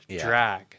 drag